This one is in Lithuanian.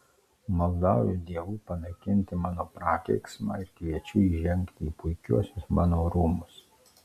maldauju dievų panaikinti mano prakeiksmą ir kviečiu įžengti į puikiuosius mano rūmus